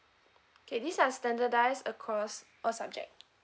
okay these are standardised across all subject